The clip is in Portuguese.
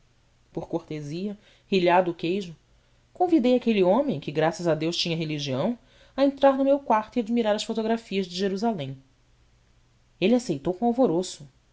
por cortesia rilhado o queijo convidei aquele homem que graças a deus tinha religião a entrar no meu quarto e admirar as fotografias de jerusalém ele aceitou com alvoroço